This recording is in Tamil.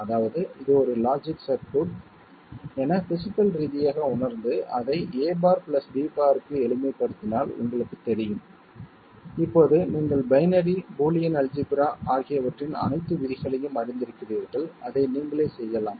அதாவது இது ஒரு லாஜிக் சர்க்யூட் என பிஸிக்கல் ரீதியாக உணர்ந்து அதை a' b' க்கு எளிமைப்படுத்தினால் உங்களுக்கு தெரியும் இப்போது நீங்கள் பைனரி பூலியன் அல்ஜிப்ரா ஆகியவற்றின் அனைத்து விதிகளையும் அறிந்திருக்கிறீர்கள் அதை நீங்களே செய்யலாம்